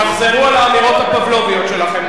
תחזרו על האמירות הפבלוביות שלכם,